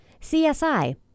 CSI